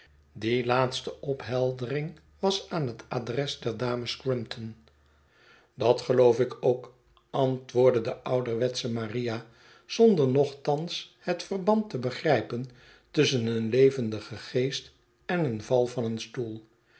die laatste opheldering was aan het adres der dames crumpton dat geloof ik ook antwoordde de ouderwetsche maria zonder nochtans het verband te begrijpen tusschen een levendigen geest en een val van een stoel